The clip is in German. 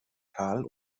kahl